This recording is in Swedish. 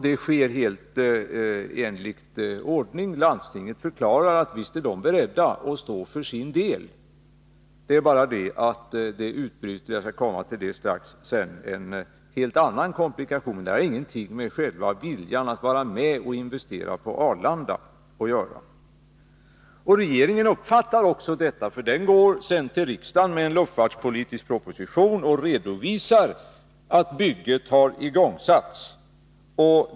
Detta sker helt enligt gällande ordning, och landstinget förklarar att det visst är berett att stå för sin del. Men sedan inträffade — jag skall strax återkomma till det — en helt annan komplikation. Den har emellertid inget med landstingets vilja att vara med och investera på Arlanda att göra. Regeringen uppfattar det också så, för den går sedan till riksdagen med en luftfartspolitisk proposition och redovisar att bygget har igångsatts.